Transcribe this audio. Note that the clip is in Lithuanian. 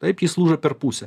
taip jis lūžo per pusę